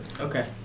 Okay